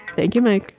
thank you, mike